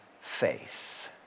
face